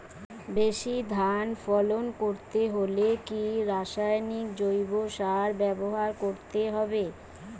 বেশি ধান ফলন করতে হলে কি রাসায়নিক জৈব সার ব্যবহার করতে হবে?